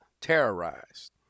Terrorized